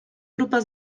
grupa